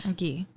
Okay